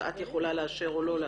שאת יכולה לאשר או לא לאשר.